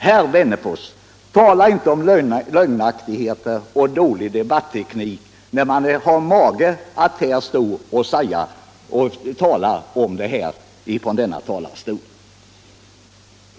Herr Wennerfors skall inte tala om lögnaktigheter och dålig debattteknik, när han har mage att tala på det sättet ifrån denna talarstol.